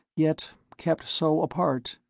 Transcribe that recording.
yet kept so apart!